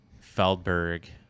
Feldberg